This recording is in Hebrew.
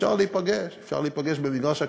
ואפשר להיפגש, אפשר להיפגש במגרש הכדורגל,